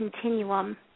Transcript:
continuum